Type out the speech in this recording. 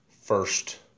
first